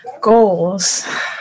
Goals